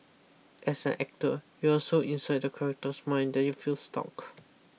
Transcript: as an actor you are so inside the character's mind if you stuck